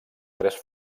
tres